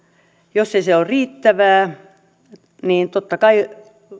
jos asennekasvatus ei ole riittävää niin totta kai